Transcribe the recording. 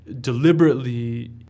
deliberately